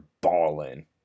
balling